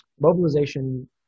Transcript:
mobilization